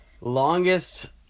longest